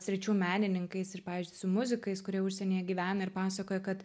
sričių menininkais ir pavyzdžiui su muzikais kurie užsienyje gyvena ir pasakoja kad